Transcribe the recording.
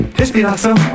respiração